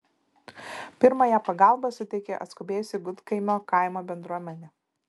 pirmąją pagalbą suteikė atskubėjusi gudkaimio kaimo bendruomenė